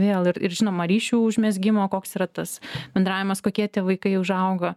vėl ir ir žinoma ryšių užmezgimo koks yra tas bendravimas kokie tėvai kai užauga